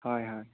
হয় হয়